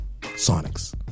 Sonics